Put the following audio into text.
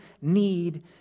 need